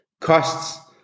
costs